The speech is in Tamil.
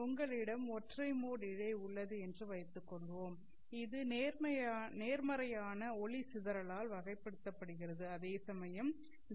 உங்களிடம் ஒற்றை மோட் இழை உள்ளது என்று வைத்துக்கொள்வோம் இது நேர்மறையான ஒளி சிதறலால் வகைப்படுத்தப்படுகிறது அதேசமயம் டி